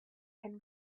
can